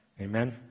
amen